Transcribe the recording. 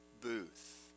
booth